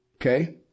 Okay